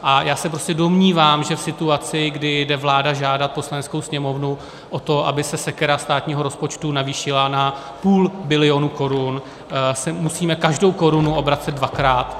A já se prostě domnívám, že v situaci, kdy jde vláda žádat Poslaneckou sněmovnu o to, aby se sekera státního rozpočtu navýšila na půl bilionu korun, musíme každou korunu obracet dvakrát.